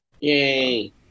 Yay